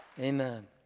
Amen